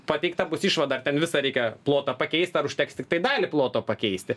pateikta bus išvada ar ten visą reikia plotą pakeist ar užteks tiktai dalį ploto pakeisti